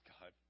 God